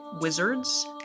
Wizards